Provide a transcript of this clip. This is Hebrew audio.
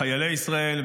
חיילי ישראל,